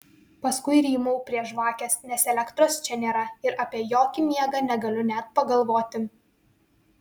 paskui rymau prie žvakės nes elektros čia nėra ir apie jokį miegą negaliu net pagalvoti